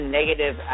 negative